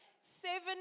seven